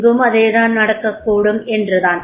இங்கும் அதே தான் நடக்கக்கூடும் என்றுதான்